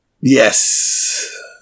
Yes